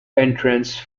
entrance